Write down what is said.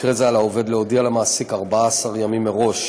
במקרה זה על העובד להודיע למעסיק 14 ימים מראש.